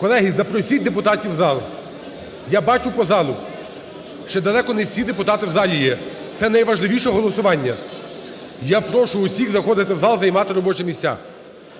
Колеги, запросіть депутатів в зал. Я бачу по залу, ще далеко не всі депутати є. Це найважливіше голосування. Я прошу всіх заходити в зал і займати робочі місця.